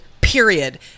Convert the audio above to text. period